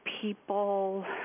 People